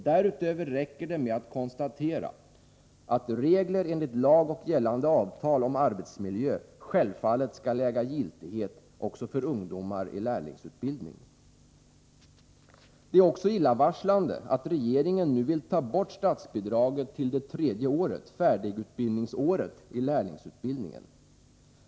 Därutöver räcker det med att konstatera att regler enligt lag och gällande avtal om arbetsmiljö självfallet skall äga giltighet också för ungdomar i lärlingsutbildning. Det är också illavarslande att regeringen nu vill ta bort statsbidraget till det tredje året, färdigutbildningsåret, i lärlingsutbildningen.